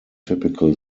typical